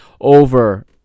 over